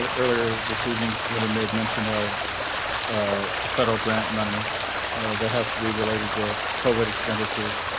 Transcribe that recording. ah earlier this evening somebody made mention of the federal grant money that has to be related to covert expenditures,